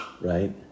Right